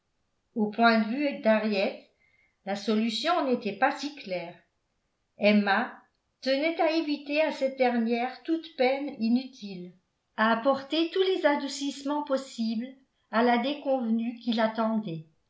au point de vue d'henriette la solution n'était pas si claire emma tenait à éviter à cette dernière toute peine inutile à apporter tous les adoucissements possibles à la déconvenue qui l'attendait